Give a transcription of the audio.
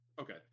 okay